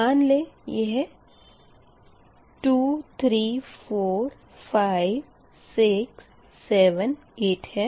मान लें यह 2 3 4 5 6 7 8 है